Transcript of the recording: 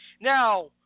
Now